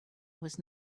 was